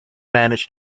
managed